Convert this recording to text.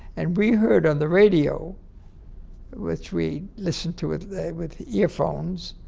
and we heard on the radio which we listened to it there with the earphones